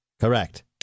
correct